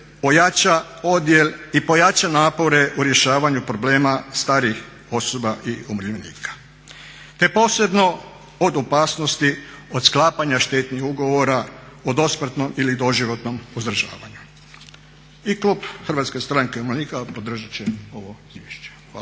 ojača odjel i pojača napore u rješavanju problema starijih osoba i umirovljenika, te posebno od opasnosti od sklapanja štetnih ugovora o dosmrtnom ili doživotnom uzdržavanju. I klub HSU-a podržat će ovo izvješće.